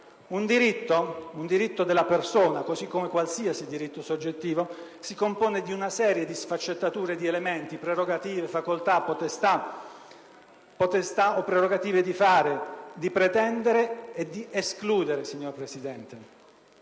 Un diritto della persona, così come qualsiasi diritto soggettivo, si compone di una serie di sfaccettature, elementi, facoltà, potestà, prerogative di fare, di pretendere e di escludere, signor Presidente.